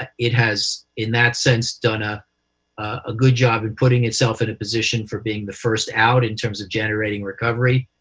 it has, has, in that sense, done ah a good job in putting itself in a position for being the first out in terms of generating recovery,